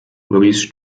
maurice